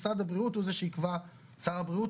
משרד הבריאות הוא זה שיקבע שר הבריאות,